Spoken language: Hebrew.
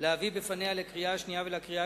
להביא בפניה לקריאה השנייה ולקריאה